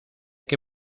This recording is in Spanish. que